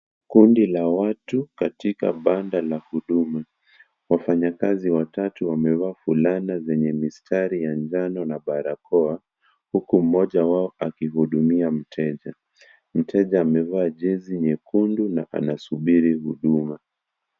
Kundi la watu katika banda la huduma. Wafanyakazi watatu wamevaa fulana zenye mistari ya njano na barakoa, huku mmoja wao akihudumia mteja. Mteja amevaa jezi nyekundu na anasubiri huduma.